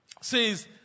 says